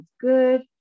good